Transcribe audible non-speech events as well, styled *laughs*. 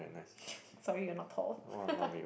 *laughs* sorry you're not tall *laughs*